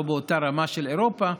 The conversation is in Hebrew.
לא באותה רמה כמו באירופה,